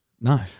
no